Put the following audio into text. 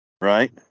right